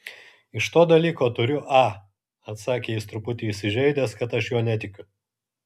iš to dalyko turiu a atsakė jis truputį įsižeidęs kad aš juo netikiu